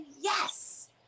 Yes